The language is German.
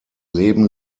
leben